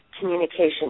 communication